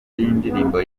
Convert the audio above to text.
y’indirimbo